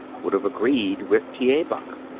would have agreed with t. a. buck.